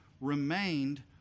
remained